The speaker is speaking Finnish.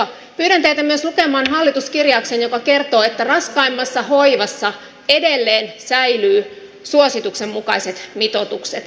pyydän teitä myös lukemaan hallituskirjauksen joka kertoo että raskaimmassa hoivassa edelleen säilyvät suosituksen mukaiset mitoitukset